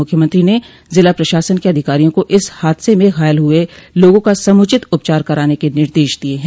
मुख्यमंत्री ने जिला प्रशासन के अधिकारियों को इस हादसे में घायल हुए लोगों का समुचित उपचार कराने के निर्देश दिये हैं